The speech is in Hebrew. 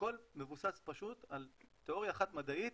הכל מבוסס פשוט על תיאוריה אחת מדעית